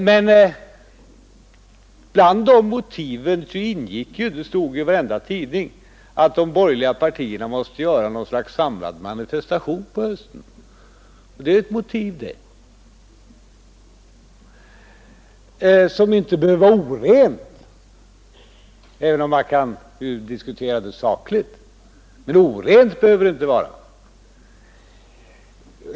Men ett av de motiven var — det stod i varenda tidning — att de borgerliga partierna måste göra något slags samlad manifestation på hösten. Det är ju ett motiv det. Det behöver inte vara orent även om man kan diskutera från saklig synpunkt.